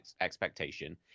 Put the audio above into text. expectation